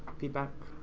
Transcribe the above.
feedback?